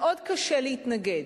קשה מאוד להתנגד,